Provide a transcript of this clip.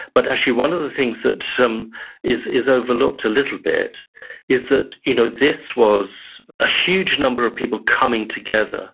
but actually one of the things that is is overlooked a little bit is that you know this was a huge number of people coming together